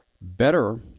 Better